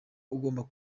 ugomba